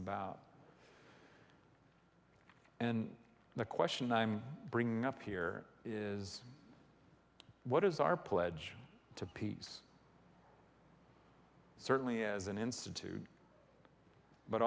about and the question i'm bringing up here is what is our pledge to peace certainly as an institute but